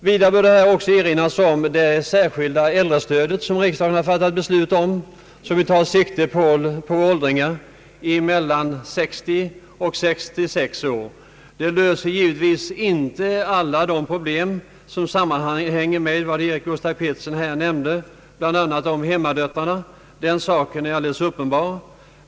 Vidare bör här också erinras om det särskilda äldrestödet som riksdagen fattat beslut om och som tar sikte på personer mellan 60 och 66 år. Vad som här redan gjorts löser givetvis inte alla de problem som sammanhänger med vad Eric Gustaf Peterson här nämnde, bland annat om hemmadöttrarna. Den saken är alldeles uppenbar.